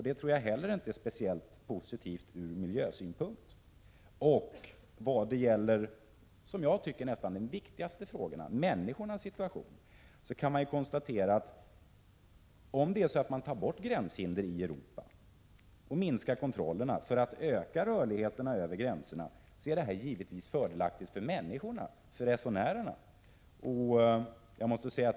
Det tror jag inte är speciellt positivt ur miljösynpunkt. Beträffande den kanske viktigaste frågan, nämligen människornas situation, kan man konstatera att om man tar bort gränshinder i Europa och minskar kontrollerna för att öka rörligheten över gränserna är detta givetvis fördelaktigt för människorna, resenärerna.